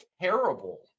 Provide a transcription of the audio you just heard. terrible